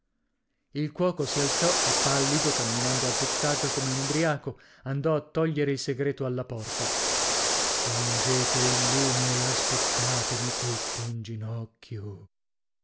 il cuoco si alzò e pallido camminando a zig-zag come un ubriaco andò a togliere il segreto alla porta spengete il lume e aspettatemi tutti in ginocchio